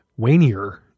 wanier